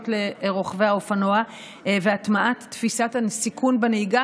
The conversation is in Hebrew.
לרוכבי האופנוע והטמעת תפיסת הסיכון בנהיגה,